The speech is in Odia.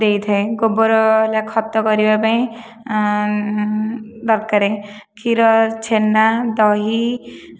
ଦେଇଥାଏ ଗୋବର ହେଲା ଖତ କରିବା ପାଇଁ ଦରକାର କ୍ଷୀର ଛେନା ଦହି